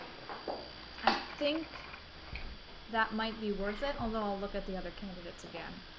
i think that might be worth it although i'll look at the other candidates again